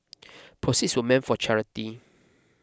proceeds were meant for charity